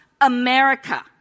America